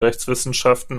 rechtswissenschaften